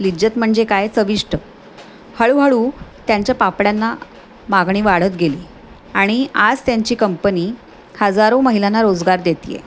लिज्जत म्हणजे काय चविष्ट हळूहळू त्यांच्या पापड्यांना मागणी वाढत गेली आणि आज त्यांची कंपनी हजारो महिलांना रोजगार देत आहे